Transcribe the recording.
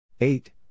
Eight